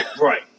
Right